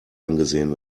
angesehen